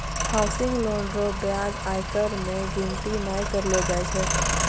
housing loan रो ब्याज आयकर मे गिनती नै करलो जाय छै